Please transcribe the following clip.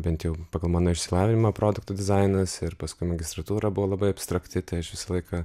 bent jau pagal mano išsilavinimą produktų dizainas ir paskui magistratūrą buvo labai abstrakti tai aš visą laiką